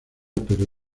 pero